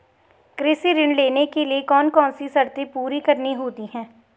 कृषि ऋण लेने के लिए कौन कौन सी शर्तें पूरी करनी होती हैं?